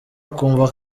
ukumva